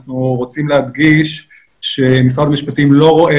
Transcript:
אנחנו רוצים להדגיש שמשרד המשפטים לא רואה